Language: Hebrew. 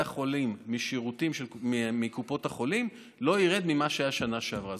החולים מקופות החולים לא ירד ממה שהיה בשנה שעברה.